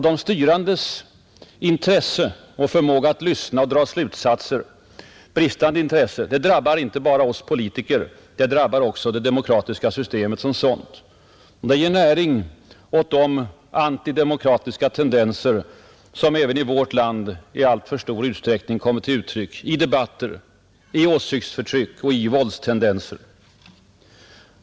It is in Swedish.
De styrandes bristande intresse och förmåga att lyssna och dra slutsatser drabbar inte bara oss politiker utan även det demokratiska systemet som sådant. Den ger näring åt de antidemokratiska tendenser som även i vårt land i allt större omfattning har kommit till uttryck i debatter, i åsiktsförtryck och i våldstendenser.